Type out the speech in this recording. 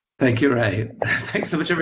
thank you, ray. thanks so much,